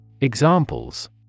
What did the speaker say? Examples